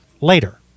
later